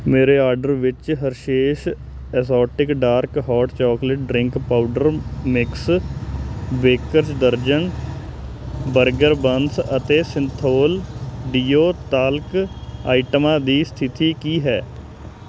ਮੇਰੇ ਆਰਡਰ ਵਿੱਚ Hershey's exotic dark hot chocolate drink powder mix baker's ਦਰਜਨ burger buns ਅਤੇ ਸਿੰਥੋਲ ਡੀਓ ਟਾਲਕ ਆਈਟਮਾਂ ਦੀ ਸਥਿਤੀ ਕੀ ਹੈ